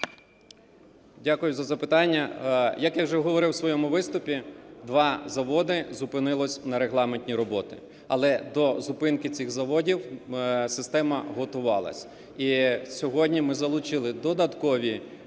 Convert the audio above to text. Дякую за запитання. Як я вже говорив в своєму виступі, два заводи зупинилось на регламентні роботи. Але до зупинки цих заводів система готувалась. І сьогодні ми залучили додаткові ресурси